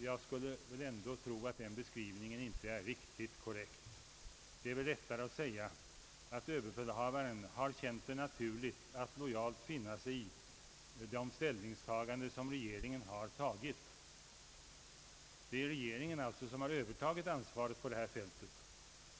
Jag skulle ändå tro att den beskrivningen inte är alldeles korrekt. Det är väl riktigare att säga att överbefälhavaren har känt det naturligt att lojalt finna sig i de ställningstaganden som regeringen har gjort. Det är alltså regeringen som har Ööver tagit ansvaret på detta fält.